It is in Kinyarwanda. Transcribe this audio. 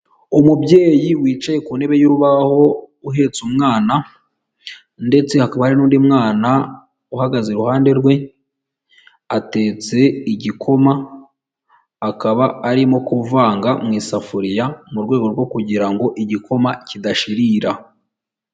Umubyeyi wicaye ku ntebe y'urubaho uhetse umwana, ndetse hakaba hari n'undi mwana uhagaze iruhande rwe, atetse igikoma, akaba arimo kuvanga mu isafuriya mu rwego rwo kugira ngo igikoma kidashirira.